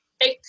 Eight